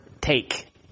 take